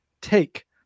take